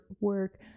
work